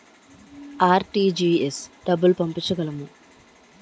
RTGS డబ్బులు పంపించగలము?